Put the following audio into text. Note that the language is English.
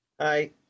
Hi